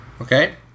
Okay